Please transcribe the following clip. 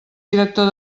director